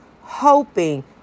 hoping